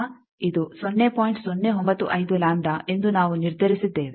095 lambda ಎಂದು ನಾವು ನಿರ್ಧರಿಸಿದ್ದೇವೆ